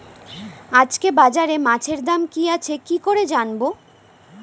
আজকে বাজারে মাছের দাম কি আছে কি করে জানবো?